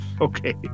Okay